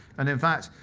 and in fact,